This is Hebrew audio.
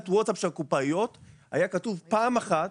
הווטסאפ של הקופאיות היה כתוב פעם אחת: